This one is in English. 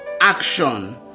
action